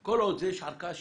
כל עוד יש ערכאה שיפוטית,